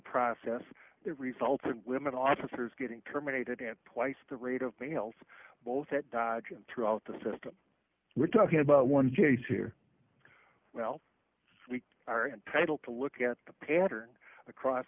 process the resultant women officers getting terminated at twice the rate of males both at dodge and throughout the system we're talking about one case here well we are entitled to look at the pattern across